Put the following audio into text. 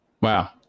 Wow